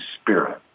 Spirit